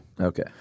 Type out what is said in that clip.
Okay